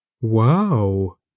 Wow